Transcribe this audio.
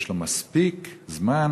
יש לו מספיק זמן,